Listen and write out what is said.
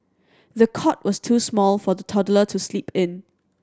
the cot was too small for the toddler to sleep in